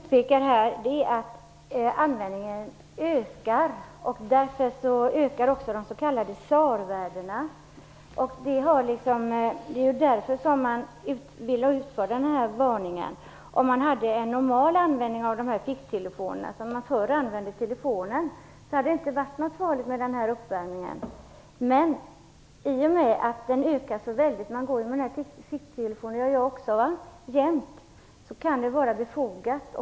Herr talman! Vad jag påpekar är att användningen ökar. Därför ökar också de s.k. SAR-värdena. Det är ju därför man vill utfärda varningen. Om man hade en normal användning av ficktelefonerna, som man förr använde telefonen, hade det inte varit någon fara med uppvärmningen. Men i och med att användningen ökar så starkt - även jag bär jämt min ficktelefon - kan en varningstext vara befogad.